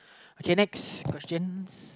okay next questions